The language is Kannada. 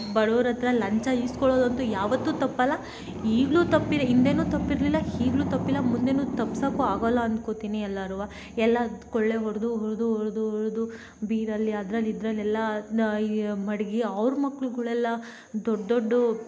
ಬಡವ್ರ ಹತ್ರ ಲಂಚ ಇಸ್ಕೊಳ್ಳೋದಂತೂ ಯಾವತ್ತೂ ತಪ್ಪೋಲ್ಲ ಈಗಲೂ ತಪ್ಪಿಲ್ಲ ಹಿಂದೆಯೂ ತಪ್ಪಿರಲಿಲ್ಲ ಈಗ್ಲೂ ತಪ್ಪಿಲ್ಲ ಮುಂದೆಯೂ ತಪ್ಸೋಕ್ಕೂ ಆಗೋಲ್ಲ ಅನ್ಕೊತೀನಿ ಎಲ್ಲರೂ ಎಲ್ಲ ಕೊಳ್ಳೆ ಹೊಡ್ದು ಹೊಡ್ದು ಹೊಡ್ದು ಹೊಡ್ದು ಬೀರಲ್ಲಿ ಅದ್ರಲ್ಲಿ ಇದ್ರಲ್ಲಿ ಎಲ್ಲ ನ ಈ ಮಡುಗಿ ಅವ್ರ ಮಕ್ಳುಗಳೆಲ್ಲ ದೊಡ್ಡ ದೊಡ್ಡ